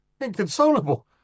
Inconsolable